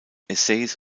essays